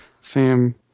Sam